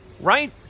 Right